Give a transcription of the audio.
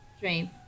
dream